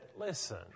listen